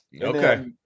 Okay